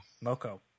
moco